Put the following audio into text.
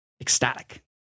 ecstatic